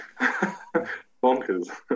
Bonkers